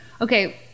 okay